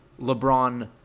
LeBron